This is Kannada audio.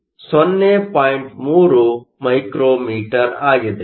3 μm ಆಗಿದೆ